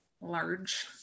large